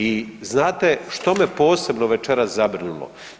I znate što me posebno večeras zabrinulo?